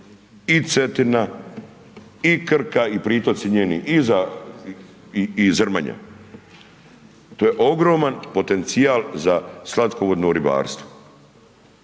i Cetina i Krka i pritoci njeni i Zrmanja, to je ogroman potencijal za slatkovodno ribarstvo.